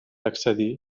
accedir